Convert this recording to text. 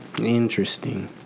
Interesting